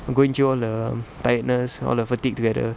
going through all the tiredness all the fatigue together